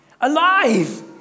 alive